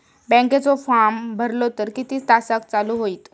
बँकेचो फार्म भरलो तर किती तासाक चालू होईत?